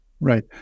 Right